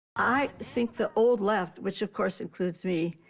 i think the old left, which, of course, includes me,